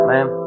Ma'am